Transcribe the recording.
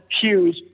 huge